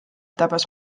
tabas